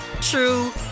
true